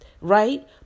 right